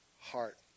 heart